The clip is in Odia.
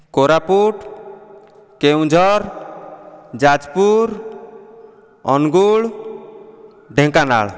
କୋରାପୁଟ କେଉଁଝର ଯାଜପୁର ଅନୁଗୁଳ ଢେଙ୍କାନାଳ